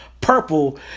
purple